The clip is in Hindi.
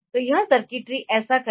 तो यह सर्किटरी ऐसा करेगी